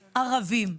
ערבים.